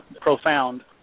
profound